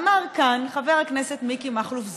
אמר כאן חבר הכנסת מיקי מכלוף זוהר: